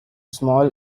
small